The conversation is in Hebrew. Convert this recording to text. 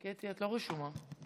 תודה, גברתי היושבת בראש.